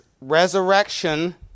resurrection